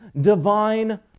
divine